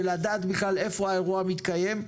ולדעת בכלל איפה האירוע מתקיים.